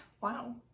Wow